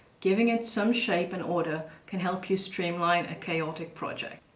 giving it some shape and order can help you streamline a chaotic project.